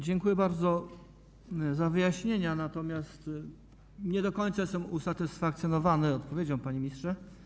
Dziękuję bardzo za wyjaśnienia, chociaż nie do końca jestem usatysfakcjonowany odpowiedzią, panie ministrze.